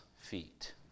feet